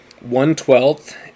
one-twelfth